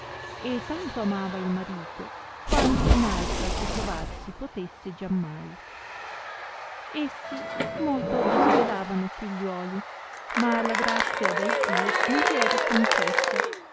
e tanto amava il marito quanto un altra che trovar si potesse giammai essi molto desideravano figliuoli ma la grazia da iddio non gli era concessa